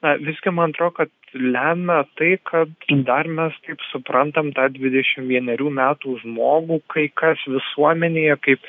na visgi man atrodo kad lemia tai kad dar mes kaip suprantam tą dvidešim vienerių metų žmogų kai kas visuomenėje kaip